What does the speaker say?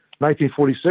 1946